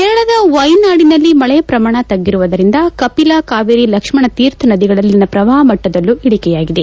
ಕೇರಳದ ವಯನಾಡಿನಲ್ಲಿ ಮಳೆ ಪ್ರಮಾಣ ತಗ್ಗಿರುವುದರಿಂದ ಕಪಿಲಾ ಕಾವೇರಿ ಲಕ್ಷ್ಮಣ ತೀರ್ಥ ನದಿಗಳಲ್ಲಿನ ಪ್ರವಾಹ ಮಟ್ಟದಲ್ಲೂ ಇಳಿಕೆಯಾಗಿದೆ